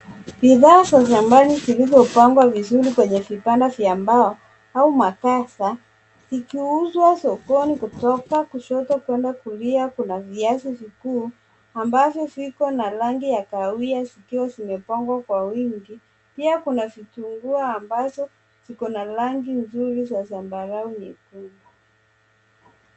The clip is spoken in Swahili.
Bidhaa za shambani vilivyopangwa vizuri kwenye vibanda vya mbao zikuuzwa sokoni kutoka kushoto kwenda kulia kuna viazi vikuu ambavyo ziko na rangi ya kahawia zikuwa zimpangwa kwa wingi, pia kuna vitunguu amabazo ziko na rangi nzuri ya zambarau.